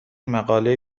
مقاله